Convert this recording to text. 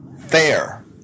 Fair